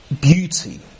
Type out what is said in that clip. Beauty